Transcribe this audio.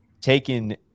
taken